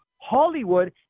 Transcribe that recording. Hollywood